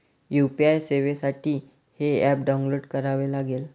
UPI सेवेसाठी हे app download करावे लागेल